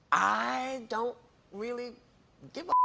i don't really give